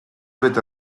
with